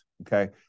Okay